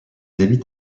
évitent